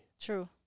True